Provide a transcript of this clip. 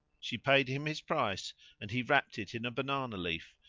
she paid him his price and he wrapped it in a banana leaf,